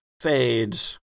fades